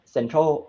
Central